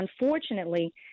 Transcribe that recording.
unfortunately